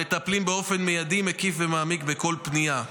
אנו מטפלים באופן מיידי, מקיף ומעמיק בכל פנייה.